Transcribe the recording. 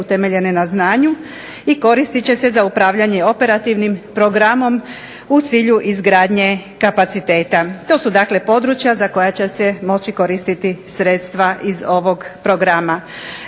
utemeljene na znanju i koristiti će se za upravljanje operativnim programom u cilju izgradnje kapaciteta. To su dakle područja za koja će se moći koristiti sredstva iz ovog Programa.